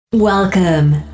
Welcome